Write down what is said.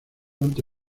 ante